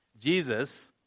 Jesus